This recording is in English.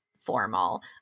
formal